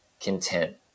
content